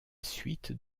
suite